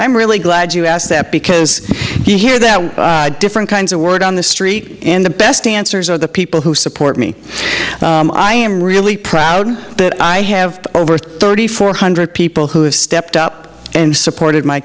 i'm really glad you asked that because you hear that different kinds of word on the street and the best dancers are the people who support me i am really proud that i have over thirty four hundred people who have stepped up and supported my